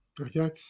okay